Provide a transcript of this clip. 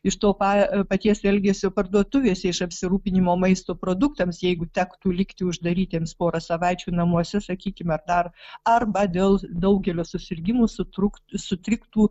iš to pa paties elgesio parduotuvėse iš apsirūpinimo maisto produktams jeigu tektų likti uždarytiems porą savaičių namuose sakykime dar arba dėl daugelio susirgimų sutrūkt sutriktų